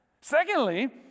Secondly